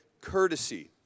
courtesy